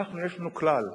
יש לנו כלל,